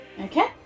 Okay